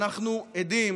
אנחנו עדים